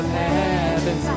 heaven